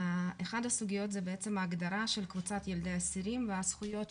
אחת הסוגיות היא בעצם ההגדרה של קבוצת ילדי האסירים והזכויות שלהם,